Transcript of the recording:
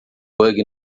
bug